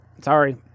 sorry